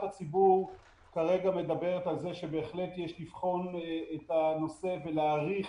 הציבור כרגע מדברת על כך שבהחלט יש לבחון את הנושא ולהאריך